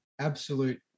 absolute